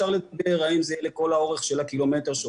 אפשר לדבר האם זה יהיה לכל אורך הקילומטר או